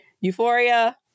Euphoria